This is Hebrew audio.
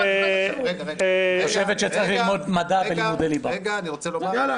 היא חושבת שצריך ללמוד מדע ולימודי ליבה...